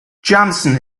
jansen